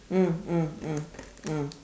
mm mm mm mm